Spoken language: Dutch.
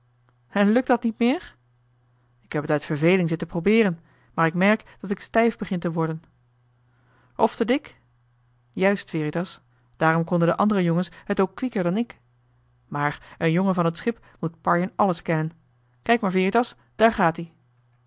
en lukt dat niet meer k heb het uit verveling zitten probeeren maar k merk dat ik stijf begin te worden of te dik juist veritas daarom konden de andere jongens het ook kwieker dan ik maar een jongen van het schip moet parjen alles kennen kijk maar veritas daar gaat ie